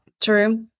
True